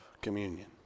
communion